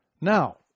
Now